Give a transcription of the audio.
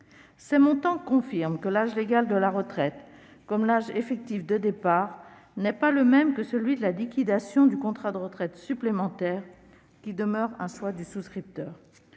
Ces montants confirment que ni l'âge légal de la retraite ni l'âge effectif de départ ne sont celui de la liquidation du contrat de retraite supplémentaire, qui demeure un choix du souscripteur.